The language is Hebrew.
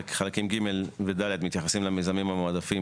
חלקים ג' ו-ד' מתייחסים למיזמים המועדפים